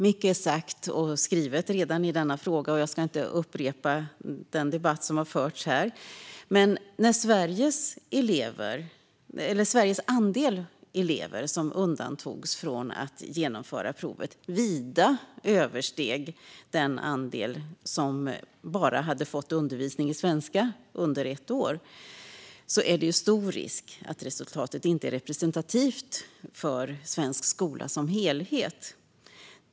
Mycket är redan sagt och skrivet i denna fråga, och jag ska inte upprepa den debatt som förts här. Men då den andel av Sveriges elever som undantogs från att genomföra provet vida översteg den andel elever som bara fått undervisning på svenska i ett år är det stor risk att resultatet inte är representativt för svensk skola som helhet.